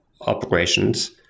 operations